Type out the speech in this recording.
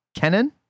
Kenan